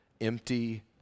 Empty